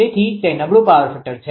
તેથી તે નબળુ પાવર ફેક્ટર છે